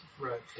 Right